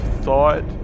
thought